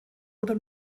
oder